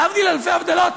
להבדיל אלפי הבדלות,